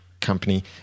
company